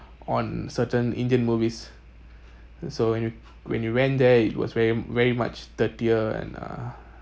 on certain indian movies and so when you when you went there it was very very much dirtier and uh